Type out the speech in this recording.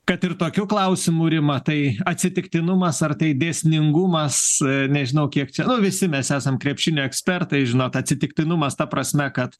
kad ir tokiu klausimu rima tai atsitiktinumas ar tai dėsningumas nežinau kiek čia nu visi mes esam krepšinio ekspertai žinot atsitiktinumas ta prasme kad